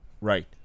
Right